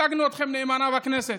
ייצגנו אתכם נאמנה בכנסת?